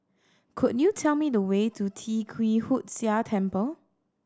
could you tell me the way to Tee Kwee Hood Sia Temple